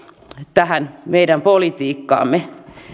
tähän meidän politiikkaamme